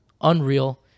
unreal